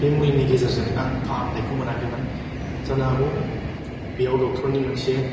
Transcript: बे मुलिनि गेजेरजों आं फाहामनायखौ मोनाखैमोन जानो हागौ बेयाव डक्टरनि मोनसे